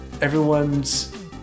everyone's